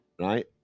Right